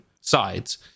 sides